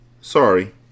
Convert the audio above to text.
Sorry